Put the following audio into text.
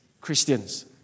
Christians